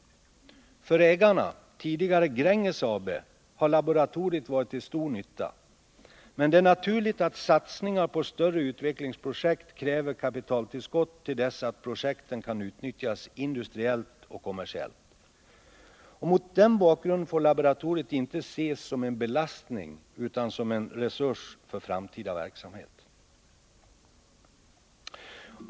För ägarna — tidigare Gränges AB -— har laboratoriet varit till stor nytta. Men det är naturligt att satsningar på större utvecklingsprojekt kräver kapitaltillskott till dess att projekten kan utnyttjas industriellt och kommersiellt. Mot den bakgrunden får laboratoriet inte ses som en belastning utan som en resurs för framtida verksamhet.